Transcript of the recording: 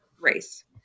race